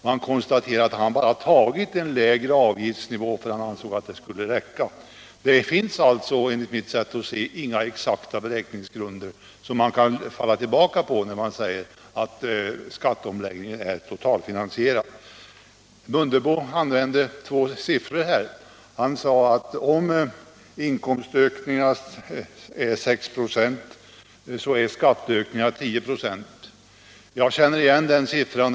Han konstaterar att han bara tagit en lägre avgiftsnivå därför att han ansåg att det skulle räcka. Det finns alltså, enligt mitt sätt att se, inga exakta beräkningsgrunder som man kan falla tillbaka på när man säger att skatteomläggningen är totalfinansierad. Herr Mundebo använde två siffror. Han sade att om inkomstökningen är 6 96 så är skatteökningen 10 96. Jag känner igen de siffrorna.